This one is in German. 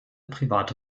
private